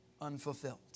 unfulfilled